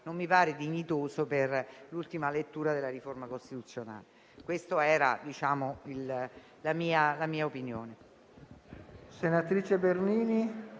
non mi pare dignitoso per l'ultima lettura di una riforma costituzionale. Questa è la mia opinione.